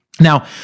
Now